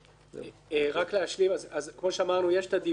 כאמור יש הדיווח,